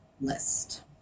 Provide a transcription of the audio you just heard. list